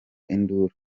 induru